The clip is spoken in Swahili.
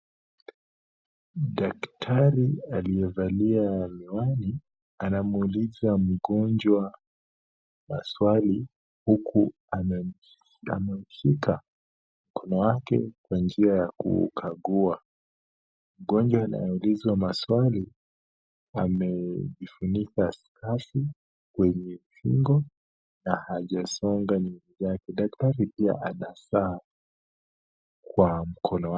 Daktari aliyevalia miwani anamuuliza mgonjwa maswali huku amemshika mkono wake kwa njia ya kuukagua. Mgonjwa anayeulizwa maswali amejifunika skafu kwenye shingo na hajasonga nywele yake. Daktari pia ana saa kwa mkono wake.